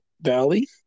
Valley